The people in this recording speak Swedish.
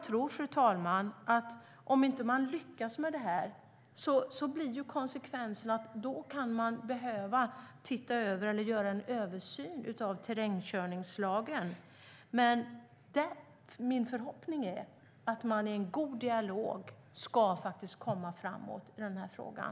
Om man inte lyckas med det, fru talman, tror jag att konsekvensen blir att man kan behöva göra en översyn av terrängkörningslagen. Men min förhoppning är att man i en god dialog ska komma framåt i frågan.